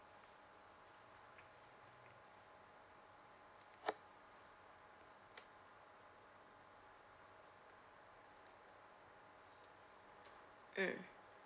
mm